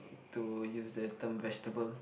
to use the term vegetable